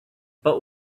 but